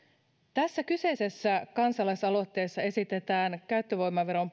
tässä kyseisessä kansalaisaloitteessa esitetään käyttövoimaveron